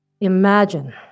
Imagine